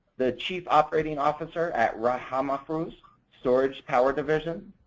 the chief operating officer at rahamafrooz storage power division.